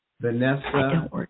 Vanessa